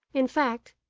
in fact,